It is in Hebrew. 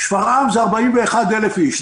שפרעם זה 41,000 איש.